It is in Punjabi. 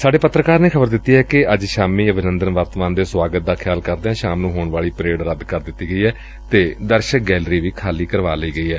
ਸਾਡੇ ਪੱਤਰਕਾਰ ਨੇ ਖ਼ਬਰ ਦਿੱਤੀ ਏ ਕਿ ਅੱਜ ਸ਼ਾਮੀ ਅਭਿਨੰਦਨ ਵਰਤਮਾਨ ਦੇ ਸੁਆਗਤ ਦਾ ਖਿਆਲ ਕਰਦਿਆਂ ਸ਼ਾਮ ਨੂੰ ਹੋਣ ਵਾਲੀ ਪਰੇਡ ਰੱਦ ਕਰ ਦਿੱਤੀ ਏ ਅਤੇ ਦਰਸ਼ਕ ਗੈਰਲੀ ਵੀ ਖਾਲੀ ਕਰਵਾ ਲਈ ਗਈ ਏ